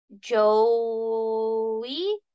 Joey